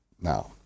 Now